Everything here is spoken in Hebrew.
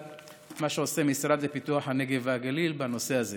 את מה שעושה המשרד לפיתוח הנגב והגליל בנושא הזה.